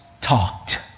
talked